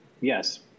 yes